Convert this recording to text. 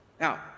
Now